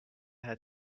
had